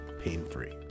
pain-free